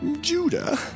Judah